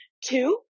Two